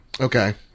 Okay